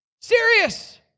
Serious